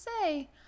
say